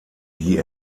die